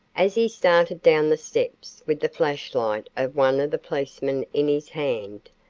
as he started down the steps with the flashlight of one of the policemen in his hand,